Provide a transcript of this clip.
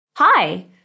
Hi